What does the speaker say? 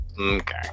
Okay